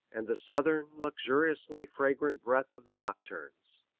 and the southern, luxuriously fragrant breath of the nocturnes.